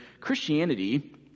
Christianity